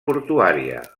portuària